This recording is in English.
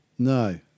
No